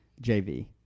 JV